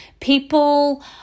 People